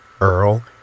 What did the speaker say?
Earl